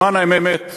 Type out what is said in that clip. למען האמת,